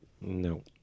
No